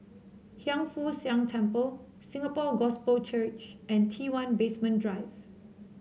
Hiang Foo Siang Temple Singapore Gospel Church and T one Basement Drive